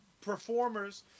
performers